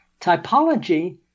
typology